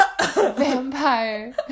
vampire